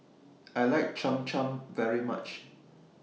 I like Cham Cham very much